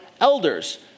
elders